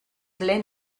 lent